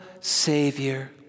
Savior